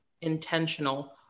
intentional